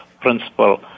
principle